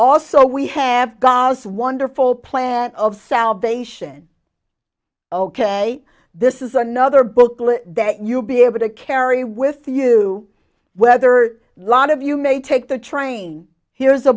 also we have goddess wonderful plan of salvation ok this is another booklet that you be able to carry with you whether lot of you may take the train here's a